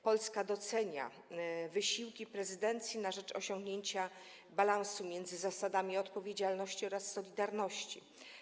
Polska docenia wysiłki prezydencji na rzecz osiągnięcia balansu między zasadami odpowiedzialności oraz solidarności.